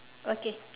okay